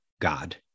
God